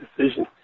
decision